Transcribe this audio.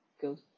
go